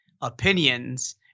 opinions